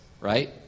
Right